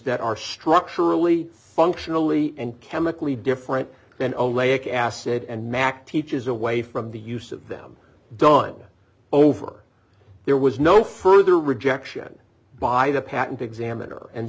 that are structurally functionally and chemically different than oleic acid and mac teaches away from the use of them done over there was no further rejection by the patent examiner and